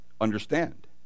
understand